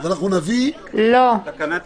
תקנה תקנה.